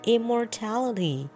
Immortality